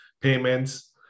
payments